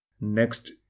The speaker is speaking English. next